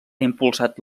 impulsat